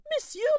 Monsieur